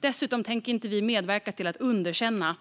Dessutom tänker vi inte medverka till att underkänna